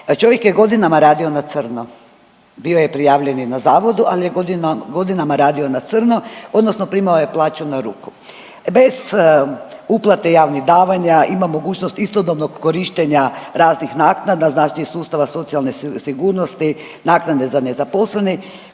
čovjek je godinama radio na crno, bio je prijavljen i na zavodu, ali je godinama radio na crno odnosno primao je plaću na ruku. Bez uplate javnih davanja ima mogućnost istodobnog korištenja raznih naknada, znači sustava socijalne sigurnosti, naknade za nezaposlene